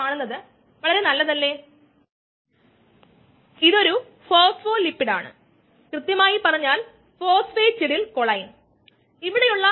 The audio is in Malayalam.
അതിനാൽ ഒരേ തരത്തിലുള്ളത് ഇത് സമവാക്യത്തിന്റെ അതേ രൂപമായതിനാൽ ഒരേ തരത്തിലുള്ള വ്യാഖ്യാനങ്ങൾ വരയ്ക്കാം